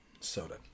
soda